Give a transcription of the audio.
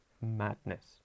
madness